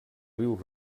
riu